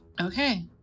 Okay